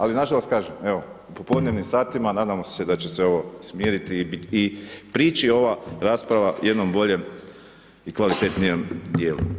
Ali nažalost kažem, evo u popodnevnim satima nadamo se da će se ovo smiriti i ići ova rasprava jednom boljem i kvalitetnijem djelu.